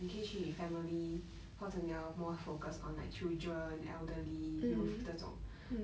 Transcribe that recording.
你可以去 family 或者你要 more focused on like children elderly youth 那种